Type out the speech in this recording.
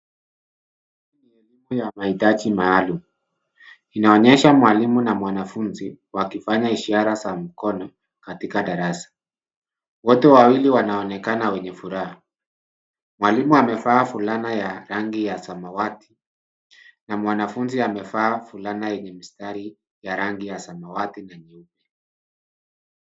Hii ni elimu ya mahitaji maalum. Inaonyesha mwalimu na mwanafunzi wakifanya ishara za mkono katika darasa. Wote wawili wanaonekana wenye furaha. Mwalimu amevaa fulana ya rangi ya samawati na mwanafunzi amevaa fulana ya rangi ya samawati na nyeupe.